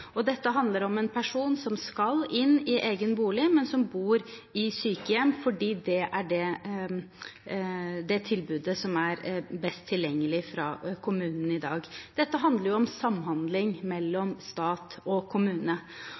Og det handler om en person som skal inn i egen bolig, men som bor på sykehjem, fordi det er det tilbudet som er best tilgjengelig fra kommunen i dag. Dette handler jo om samhandling mellom stat og kommune.